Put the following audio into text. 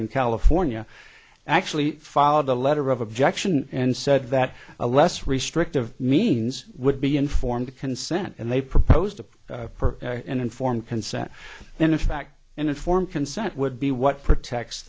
in california actually followed the letter of objection and said that a less restrictive means would be informed consent and they proposed to her and informed consent then a fact and informed consent would be what protects